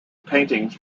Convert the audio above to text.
paintings